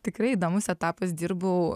tikrai įdomus etapas dirbau